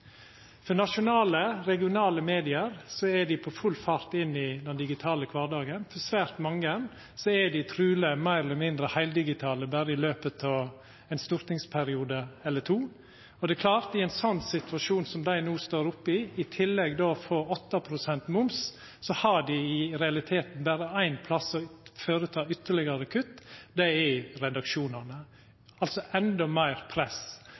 Nasjonale, regionale medium er på full fart inn i den digitale kvardagen, og svært mange er truleg meir eller mindre heildigitale i løpet av berre ein stortingsperiode eller to. Det er klart at i ein slik situasjon som dei no står oppe i, i tillegg til å få 8 pst. moms, har dei i realiteten berre ein plass å føreta ytterlegare kutt, og det er i redaksjonane, altså endå meir press